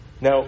Now